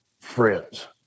friends